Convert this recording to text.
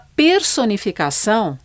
personificação